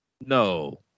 no